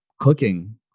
cooking